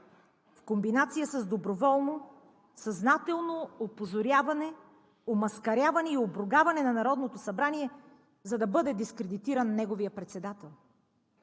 в комбинация с доброволно, съзнателно опозоряване, омаскаряване и обругаване на Народното събрание, за да бъде дискредитиран неговият председател.